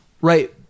Right